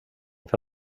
för